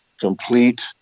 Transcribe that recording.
complete